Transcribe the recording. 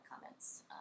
comments